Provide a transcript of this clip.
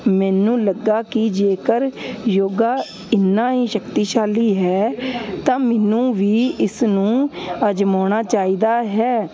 ਮੈਨੂੰ ਲੱਗਿਆ ਕਿ ਜੇਕਰ ਯੋਗਾ ਇੰਨਾ ਹੀ ਸ਼ਕਤੀਸ਼ਾਲੀ ਹੈ ਤਾਂ ਮੈਨੂੰ ਵੀ ਇਸ ਨੂੰ ਅਜਮਾਉਣਾ ਚਾਹੀਦਾ ਹੈ